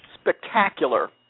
spectacular